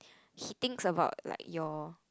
he thinks about like your